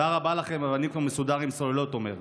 תודה, אבל אני כבר מסודר עם סוללות", הוא אומר.